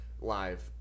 live